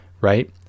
right